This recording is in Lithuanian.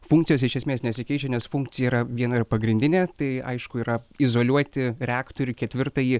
funkcijos iš esmės nesikeičia nes funkcija yra viena ir pagrindinė tai aišku yra izoliuoti reaktorių ketvirtąjį